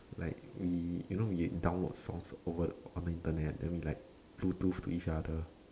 like we you know we download songs over on the Internet then we bluetooth to each other